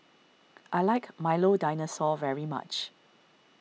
I like Milo Dinosaur very much